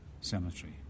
cemetery